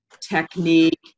Technique